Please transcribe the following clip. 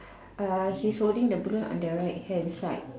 uh he's holding the balloon on the right hand side